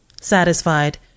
Satisfied